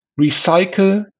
recycle